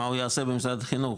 מה הוא יעשה במשרד החינוך?